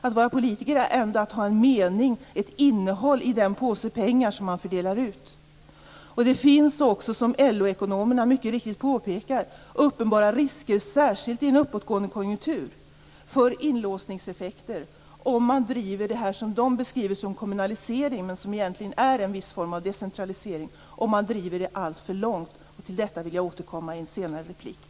Att vara politiker är att ha ett innehåll i den påse med pengar som man fördelar ut. Som LO ekonomerna mycket riktigt påpekar finns det uppenbara risker särskilt i en uppåtgående konjunktur för inlåsningseffekter, om man alltför långt driver det som LO-ekonomerna beskriver som kommunalisering, men som egentligen är en viss form av decentralisering. Och till detta vill jag återkomma i ett senare inlägg.